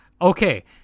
Okay